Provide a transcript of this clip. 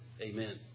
Amen